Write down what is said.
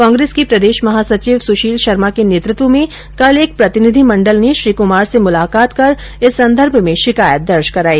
कांग्रेस के प्रदेश महासचिव सुशील शर्मा के नेतृत्व में कल एक प्रतिनिधि मंडल ने श्री कुमार से मुलाकात कर इस संदर्भ में शिकायत दर्ज कराई